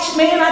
man